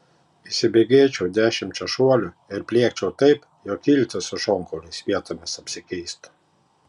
įsibėgėčiau dešimčia šuolių ir pliekčiau taip jog iltys su šonkauliais vietomis apsikeistų